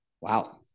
Wow